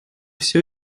все